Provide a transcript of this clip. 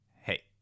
Hey